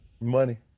money